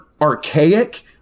archaic